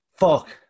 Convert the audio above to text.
fuck